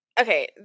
okay